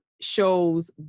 shows